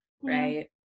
right